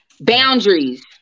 Boundaries